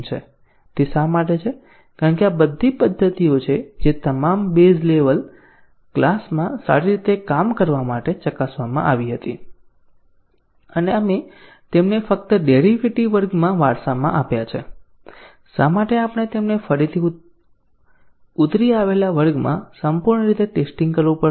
તે શા માટે છે કારણ કે આ બધી પદ્ધતિઓ છે કે જે તમામ બેઝ ક્લાસમાં સારી રીતે કામ કરવા માટે ચકાસવામાં આવી હતી અને આપણે તેમને ફક્ત ડેરીવેટીવ વર્ગમાં વારસામાં આપ્યા છે શા માટે આપણે તેમને ફરીથી ઉતરી આવેલા વર્ગમાં સંપૂર્ણ રીતે ટેસ્ટીંગ કરવું પડશે